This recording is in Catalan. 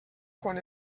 quan